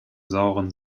sauren